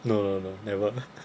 no no no never